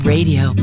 Radio